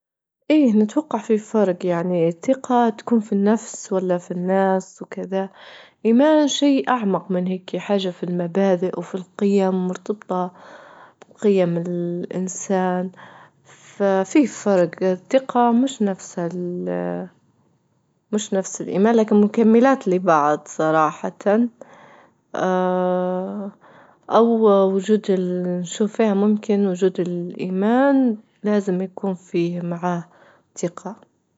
إيه نتوقع في فرج، يعني الثقة تكون في النفس ولا في الناس وكذا، الإيمان شي أعمق من هيك، حاجة في المبادئ وفي القيم، مرتبطة بقيم الإنسان، ففي فرج الثقة مش نفس مش نفس الإيمان لكن مكملات لبعض صراحة أو وجود ال- نشوف فيها ممكن وجود الإيمان لازم يكون فيه معاه ثقة.